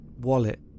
wallet